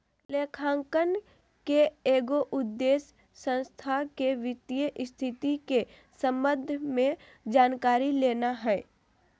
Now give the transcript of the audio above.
लेखांकन के एगो उद्देश्य संस्था के वित्तीय स्थिति के संबंध में जानकारी लेना हइ